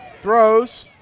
throws,